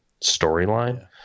storyline